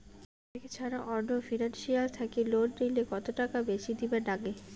Bank ছাড়া অন্য financial থাকি লোন নিলে কতটাকা বেশি দিবার নাগে?